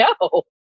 no